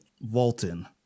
Walton